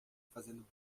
fazendo